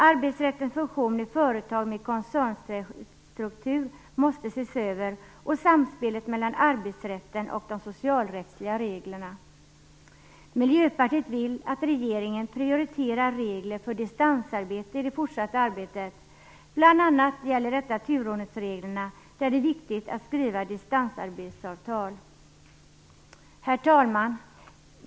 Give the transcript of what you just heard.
Arbetsrättens funktion i företag med koncernstruktur måste ses över och samspelet mellan arbetsrätten och de socialrättsliga reglerna. Miljöpartiet vill att regeringen prioriterar regler för distansarbete i det fortsatta arbetet. Bl.a. gäller detta turordningsreglerna, där det är viktigt att skriva distansarbetsavtal. Herr talman!